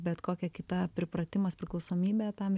bet kokia kita pripratimas priklausomybė tam